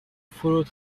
فرود